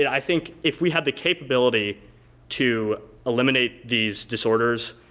i think if we had the capability to eliminate these disorders,